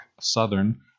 Southern